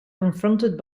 confronted